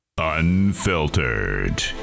Unfiltered